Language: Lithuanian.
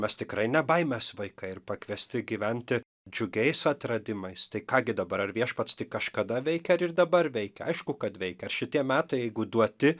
mes tikrai ne baimės vaikai ir pakviesti gyventi džiugiais atradimais tai ką gi dabar ar viešpats kažkada veikė ar ir dabar veikia aišku kad veikia ar šitie metai jeigu duoti